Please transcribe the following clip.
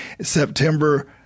September